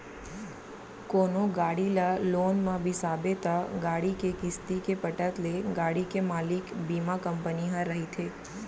कोनो गाड़ी ल लोन म बिसाबे त गाड़ी के किस्ती के पटत ले गाड़ी के मालिक बीमा कंपनी ह रहिथे